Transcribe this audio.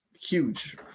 huge